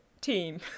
team